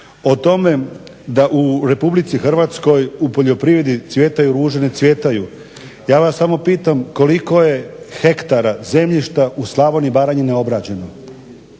O tome da u RH u poljoprivredi cvjetaju ruže, ne cvjetaju. Ja vas samo pitam koliko je hektara zemljišta u Slavoniji i Baranji neobrađeno?